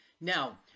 Now